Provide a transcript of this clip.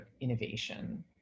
innovation